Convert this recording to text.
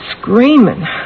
screaming